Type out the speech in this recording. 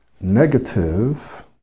negative